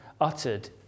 uttered